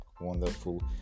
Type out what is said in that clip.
wonderful